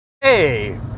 Hey